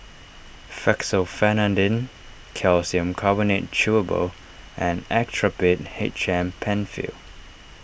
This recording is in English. Fexofenadine Calcium Carbonate Chewable and Actrapid H M Penfill